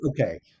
okay